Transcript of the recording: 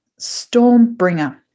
Stormbringer